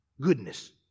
goodness